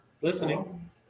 Listening